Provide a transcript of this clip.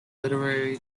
literary